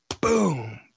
Boom